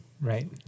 right